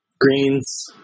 Greens